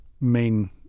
main